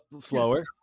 slower